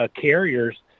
carriers